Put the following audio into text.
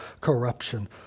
corruption